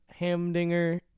Hamdinger